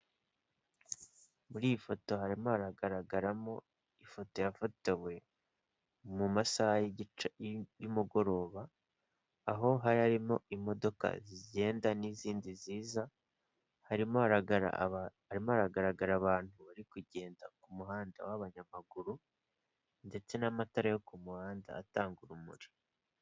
Muri iyi foto harimo hagaragaramo ifoto yafatiwe mu masaha y'igice y'umugoroba, aho hari harimo imodoka zigenda n'izindi ziza, harimo haragara abantu bari kugenda ku muhanda, w'abanyamaguru ndetse n'amatara yo ku muhanda atanga urumuri.